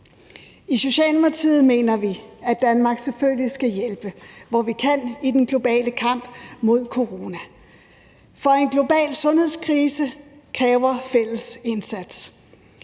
I Socialdemokratiet mener vi, at Danmark selvfølgelig skal hjælpe, hvor vi kan, i den globale kamp mod corona, for en global sundhedskrise kræver fælles indsats,